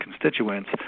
constituents